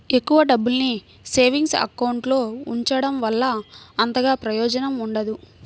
ఎక్కువ డబ్బుల్ని savings account లో ఉంచడం వల్ల అంతగా ప్రయోజనం ఉండదు